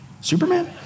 Superman